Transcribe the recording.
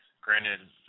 Granted